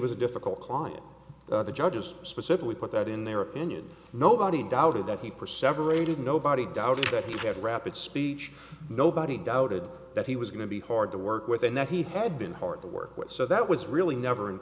was a difficult client that the judge just specifically put out in their opinion nobody doubted that he perceptor rated nobody doubted that he had a rapid speech nobody doubted that he was going to be hard to work with and that he had been hard to work with so that was really never in